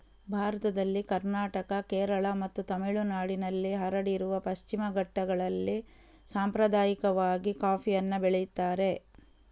ಭಾರತದಲ್ಲಿ ಕರ್ನಾಟಕ, ಕೇರಳ ಮತ್ತು ತಮಿಳುನಾಡಿನಲ್ಲಿ ಹರಡಿರುವ ಪಶ್ಚಿಮ ಘಟ್ಟಗಳಲ್ಲಿ ಸಾಂಪ್ರದಾಯಿಕವಾಗಿ ಕಾಫಿಯನ್ನ ಬೆಳೀತಾರೆ